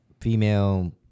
female